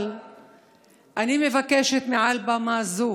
אבל מעל במה זו